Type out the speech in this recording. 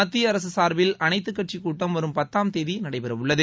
மத்தியஅரசு சார்பில் அனைத்துக்கட்சிக் கூட்டம வரும் பத்தாம் தேதி நடைபெறவுள்ளது